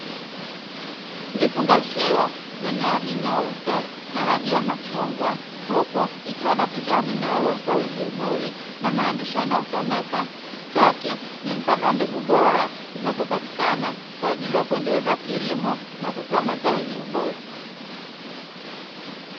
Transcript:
Vifungashio vyenye rangi nyeupe na rangi ya machungwa, huku ikiwa na picha ya mimea iliyo stawi vizuri na maandishi yanayo someka "STRAKE" ni mfano wa mbegu bora zinazopatikana kwa ajili ya kuendeleza kilimo na kutoa mazao yenye ubora.